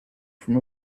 from